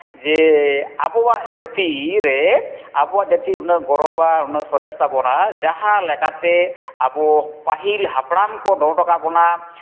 ᱡᱮ ᱟᱵᱚᱣᱟᱜ ᱡᱟᱹᱛᱤ ᱨᱮ ᱟᱵᱚᱣᱟᱜ ᱡᱟᱹᱛᱤ ᱩᱱᱟᱹᱜ ᱜᱚᱨᱚᱵᱟ ᱩᱱᱟᱹᱜ ᱥᱚᱨᱮᱥ ᱛᱟᱵᱳᱱᱟ ᱡᱟᱦᱟᱸ ᱞᱮᱠᱟᱛᱮ ᱟᱵᱚ ᱯᱟᱹᱦᱤᱞ ᱦᱟᱯᱲᱟᱢ ᱠᱚ ᱫᱚᱦᱚ ᱦᱚᱴᱚ ᱠᱟᱜ ᱵᱚᱱᱟ